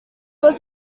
was